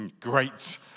great